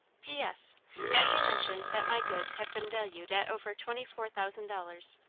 p s as you mention that my goods have been valued at over twenty four thousand dollars,